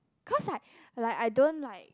cause like like I don't like